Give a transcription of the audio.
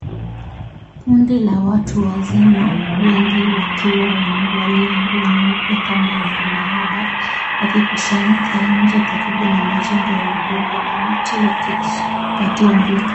Kundi la watu wazima, wengi wakiwa wamevalia nguo nyeupe kama ya maabara, wakikusanyika nje karibu na majengo ya udongo na miti wa kujipatia mwelekeo.